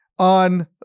on